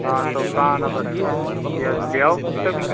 ہاں تو کہاں آنا پڑے گا یا لے آؤ کتے کو